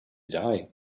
die